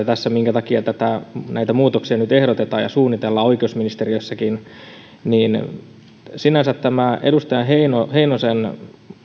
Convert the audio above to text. tässä minkä takia näitä muutoksia nyt ehdotetaan ja suunnitellaan oikeusministeriössäkin ja sinänsä tämä edustaja heinosen